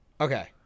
Okay